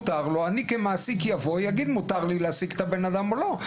ואני כמעסיק אגיד אם מותר לי להעסיק את הבן אדם או לא.